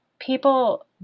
people